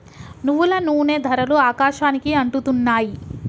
నువ్వుల నూనె ధరలు ఆకాశానికి అంటుతున్నాయి